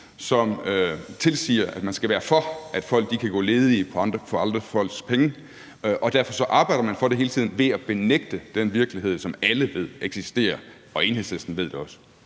som tilsiger, at man skal være for, at folk kan gå ledige for andre folks penge, og derfor arbejder man hele tiden for det ved at benægte den virkelighed, som alle ved eksisterer – og Enhedslisten ved det også.